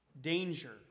danger